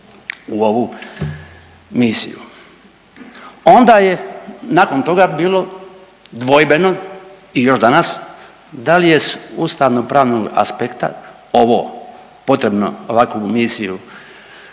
u ovu misiju. Onda je nakon toga bilo dvojbeno i još danas, da li je s ustavnopravnog aspekta ovo potrebno, ovakvu misiju